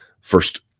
first